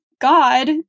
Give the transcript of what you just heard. God